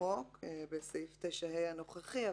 בחוק בסעיף 9ה הנוכחי,